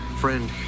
friend